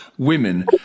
Women